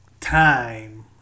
time